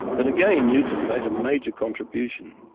and again newton made a major contribution.